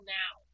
now